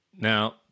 Now